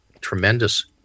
tremendous